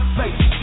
face